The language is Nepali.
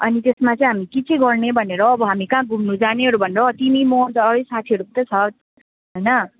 अनि त्यसमा चाहिँ हामी के चाहिँ गर्ने भनेर हामी कहाँ घुम्नु जानेहरू भनेर तिमी म अन्त अरू साथीहरू त छ होइन